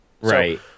Right